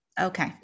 Okay